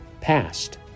passed